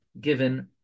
given